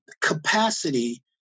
capacity